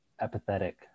apathetic